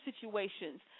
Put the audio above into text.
situations